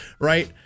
Right